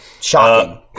Shocking